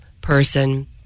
person